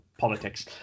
politics